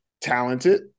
talented